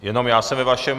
Jenom já se ve vašem...